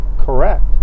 correct